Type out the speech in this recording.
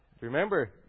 Remember